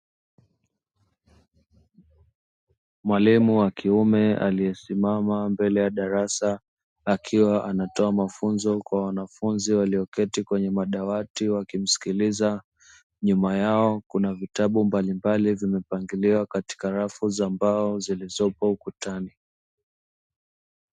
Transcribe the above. Mwalimu wa kiume aliyesimama mbele ya darasa akiwa anatoa mafunzo kwa wanafunzi walioketi kwenye madawati wakimsikiliza, nyuma yao kuna vitabu mbalimbali vilivyopangiliwa katika rafu za mbao zilizopo ukutani.